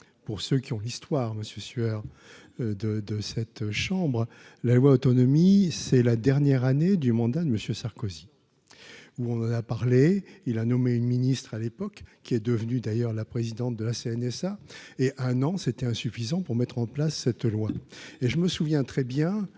pour ceux qui ont l'histoire monsieur sueur de de cette chambre la loi autonomie, c'est la dernière année du mandat de Monsieur Sarkozy, où on en a parlé, il a nommé ministre à l'époque, qui est devenu d'ailleurs, la présidente de la CNSA et un an c'était insuffisant pour mettre en place cette loi et je me souviens très bien,